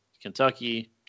Kentucky